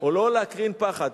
או לא להקרין פחד.